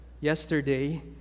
yesterday